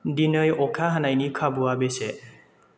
दिनै अखा हानायनि खाबुआ बेसे